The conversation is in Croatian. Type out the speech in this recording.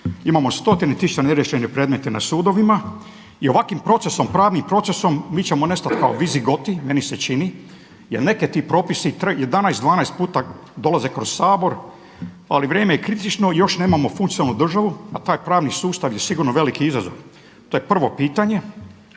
imamo stotine tisuća neriješenih predmeta na sudovima i ovakvim procesom, pravnim procesom mi ćemo nestati kao Vizigoti meni se čini. Jer neki ti propisi 11, 12 puta dolaze kroz Sabor ali vrijeme je kritično i još nemao funkcionalnu državu a taj pravni sustav je sigurno veliki izazov. To je prvo pitanje.